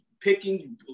picking